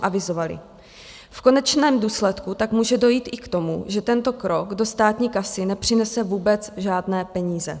V konečném důsledku tak může dojít i k tomu, že tento krok do státní kasy nepřinese vůbec žádné peníze.